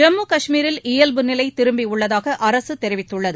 ஜம்மு கஷ்மீரில் இயல்பு நிலை திரும்பியுள்ளதாக அரசு தெரிவித்துள்ளது